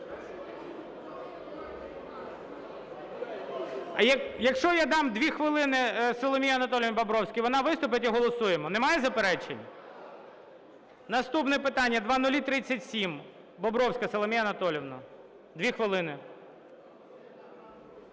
А якщо я дам 2 хвилини Соломії Анатоліївні Бобровській, вона виступить - і голосуємо, немає заперечень? Наступне питання 0037. Бобровська Соломія Анатоліївна. 2 хвилини.